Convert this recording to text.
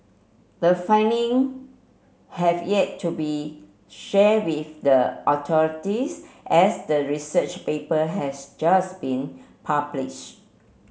the finding have yet to be shared with the authorities as the research paper has just been published